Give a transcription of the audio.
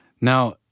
Now